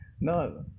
no